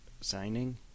signing